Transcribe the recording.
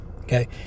Okay